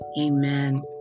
Amen